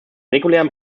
regulären